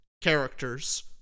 characters